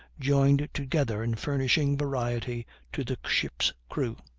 joined together in furnishing variety to the ship's crew.